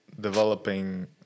developing